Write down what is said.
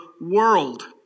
world